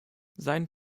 sein